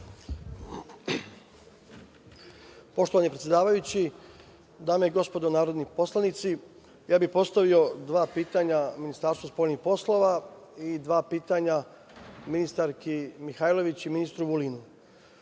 Poštovani predsedavajući, dame i gospodo narodni poslanici, ja bih postavio dva pitanja Ministarstvu spoljnih poslova i dva pitanja ministarki Mihajlović i ministru Vulinu. Što